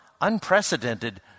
unprecedented